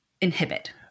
inhibit